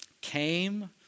came